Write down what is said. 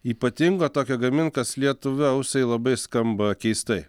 ypatingo tokio gamint kas lietuvio ausiai labai skamba keistai